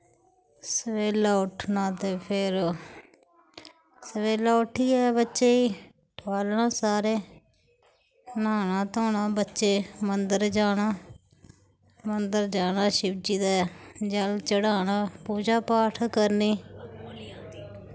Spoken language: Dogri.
सवेल्ला उट्ठना ते फिर सवेल्ला उट्ठियै बच्चें ई ठोआलना सारे न्हाना धोना बच्चें मन्दर जाना मन्दर जाना शिवजी दे जल चढ़ाना पूजा पाठ करनी